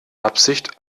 absicht